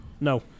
No